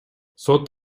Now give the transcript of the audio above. сот